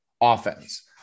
offense